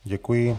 Děkuji.